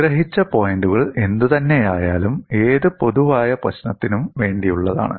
സംഗ്രഹിച്ച പോയിൻറുകൾ എന്തുതന്നെയായാലും ഏത് പൊതുവായ പ്രശ്നത്തിനും വേണ്ടിയുള്ളതാണ്